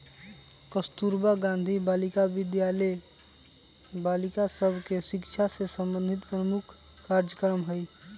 कस्तूरबा गांधी बालिका विद्यालय बालिका सभ के शिक्षा से संबंधित प्रमुख कार्जक्रम हइ